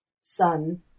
son